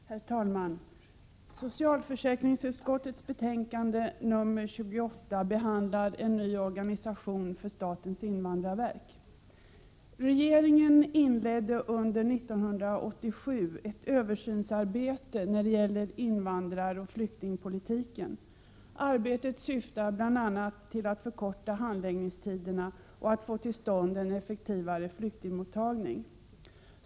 Herr talman! Socialförsäkringsutskottets betänkande nr 28 behandlar en ny organisation för statens invandrarverk. Regeringen inledde under 1987 ett översynsarbete när det gäller invandraroch flyktingpolitiken. Arbetet syftar bl.a. till att förkorta handläggningstiderna och att få till stånd en effektivare flyktingmottagning.